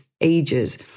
ages